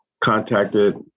contacted